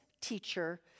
teacher